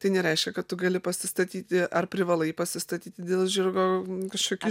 tai nereiškia kad tu gali pasistatyti ar privalai pasistatyti dėl žirgo kažkokį